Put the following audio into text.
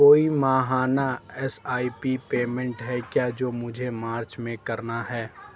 کوئی ماہانہ S I P payment ہے کیا جو مجھے مارچ میں کرنا ہے